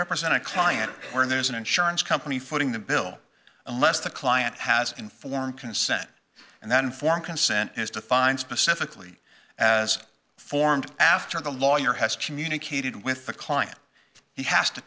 represent a client when there's an insurance company footing the bill unless the client has informed consent and then informed consent is to find specifically as formed after the lawyer has communicated with the client he has to